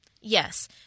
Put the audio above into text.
yes